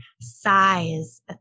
size